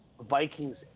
Vikings